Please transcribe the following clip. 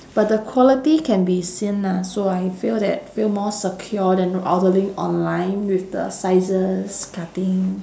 but the quality can be seen ah so I feel that feel more secure than ordering online with the sizes cutting